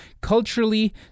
culturally